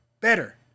better